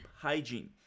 hygiene